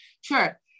Sure